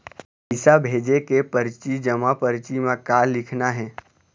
पैसा भेजे के परची जमा परची म का लिखना हे?